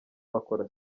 bakora